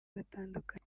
batandukanye